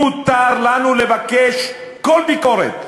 מותר לנו לבקש כל ביקורת,